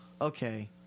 Okay